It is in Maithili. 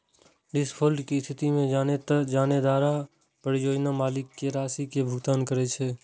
डिफॉल्ट के स्थिति मे जमानतदार परियोजना मालिक कें राशि के भुगतान करै छै